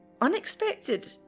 unexpected